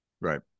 Right